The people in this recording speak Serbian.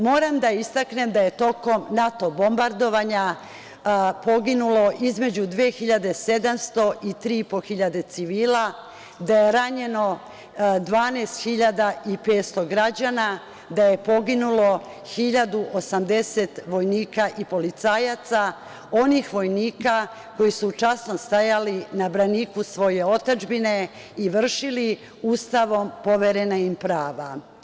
Moram da je istaknem da je tokom NATO bombardovanja poginulo između 2.700 i 3.500 civila, da je ranjeno 12.500 građana, da je poginulo 1.080 vojnika i policajaca, onih vojnika koji su časno stajali na braniku svoje otadžbine i vršili Ustavom poverena im prava.